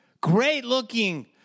great-looking